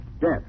Death